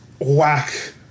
whack